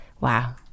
Wow